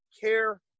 care